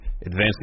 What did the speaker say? advancing